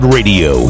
Radio